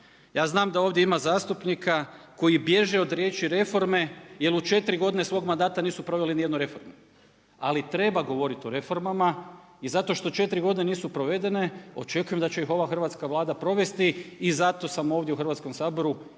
Ja znam da ovdje ima zastupnika koji bježe od riječi reforme jer u 4 godine svog mandata nisu proveli nijednu reformu. Ali treba govoriti o reformama i zato što 4 godine nisu provedene očekujem da će ih ova Hrvatska vlada provesti i zato sam ovdje u Hrvatskom saboru